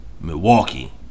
milwaukee